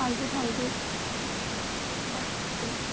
ਹਾਂਜੀ ਹਾਂਜੀ ਓਕੇ